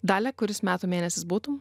dalia kuris metų mėnesius būtų